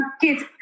kids